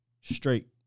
Straight